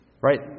right